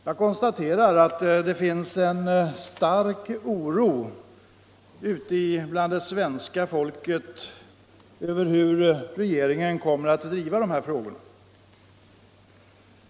Jag konstaterar att det finns en stark oro hos svenska folket för hur regeringen kommer att driva dessa frågor.